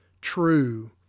true